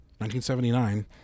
1979